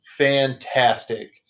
Fantastic